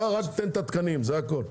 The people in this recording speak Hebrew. אתה רק נותן את התקנים, זה הכול.